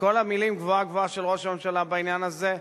וכל המלים גבוהה-גבוהה של ראש הממשלה בעניין הזה,